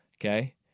Okay